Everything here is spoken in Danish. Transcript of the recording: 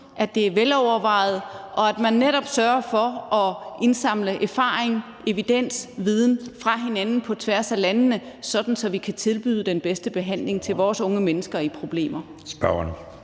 at det er velovervejet, og at man netop sørger for at indsamle erfaring, evidens, viden fra hinanden på tværs af landene, sådan at vi kan tilbyde den bedste behandling til vores unge mennesker i problemer.